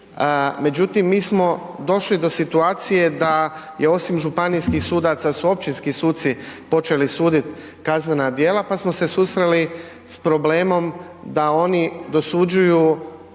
Međutim, mi smo došli do situacije da je osim županijskih sudaca su općinski suci počeli suditi kaznena djela pa smo se susreli s problemom da oni dosuđuju